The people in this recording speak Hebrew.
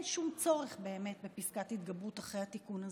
אין שום צורך באמת בפסקת התגברות אחרי התיקון הזה,